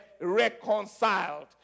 reconciled